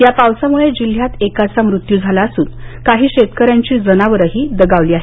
या पावसामुळे जिल्ह्यात एकाचा मृत्यू झाला असून काही शेतकर्शेतकऱ्यांची जनावरही दगावली आहेत